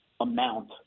amount